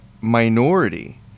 minority